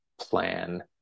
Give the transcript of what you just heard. plan